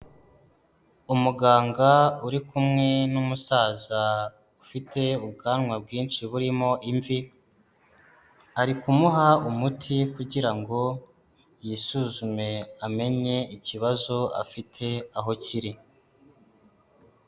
Umuganga uri kumwe n'umusaza ufite ubwanwa bwinshi burimo imvi, ari kumuha umuti kugira ngo yisuzume amenye ikibazo afite aho kiri.